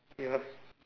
yup